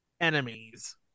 Enemies